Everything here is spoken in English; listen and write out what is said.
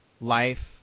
life